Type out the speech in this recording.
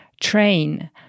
train